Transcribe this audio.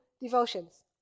devotions